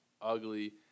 ugly